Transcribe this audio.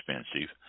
expensive